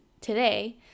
today